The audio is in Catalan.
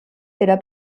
era